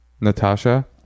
Natasha